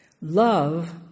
Love